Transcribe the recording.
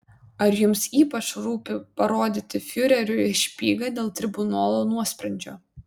ar jums ypač rūpi parodyti fiureriui špygą dėl tribunolo nuosprendžio